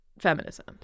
feminism